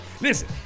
Listen